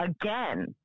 Again